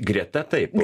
greta taip